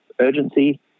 urgency